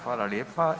Hvala lijepa.